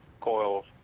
coils